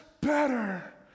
better